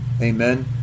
Amen